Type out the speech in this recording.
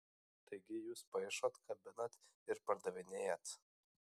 taigi jūs paišot kabinat ir pardavinėjat